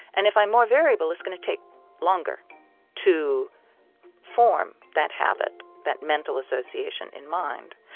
and if i'm more variable, it's going to take longer to form that habit, that mental association in mind.